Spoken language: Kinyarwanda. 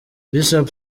bishop